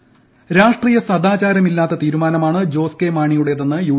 ഹസൻ രാഷ്ട്രീയ സദാചാരമില്ലാത്ത തീരുമാനമാണ് ജോസ് കെ മാണിയുടേതെന്ന് യു